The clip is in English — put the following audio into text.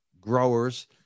growers